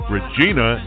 Regina